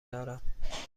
دارم